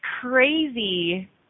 crazy